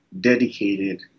dedicated